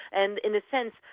and in a sense,